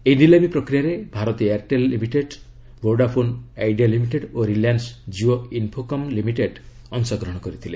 ଏହି ନିଲାମୀ ପ୍ରକ୍ରିୟାରେ Bharti Airtel limited Vodafone Idea limited ଓ ରିଲାଏନୁ ଜିଓ ଇନ୍ଫୋକମ୍ ଲିମିଟେଡ୍ ଅଂଶଗ୍ରହଣ କରିଥିଲେ